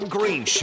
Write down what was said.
Green